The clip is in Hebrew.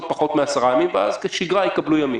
פחות מ-10 ימים ואז כשגרה יקבלו ימים.